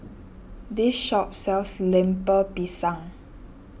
this shop sells Lemper Pisang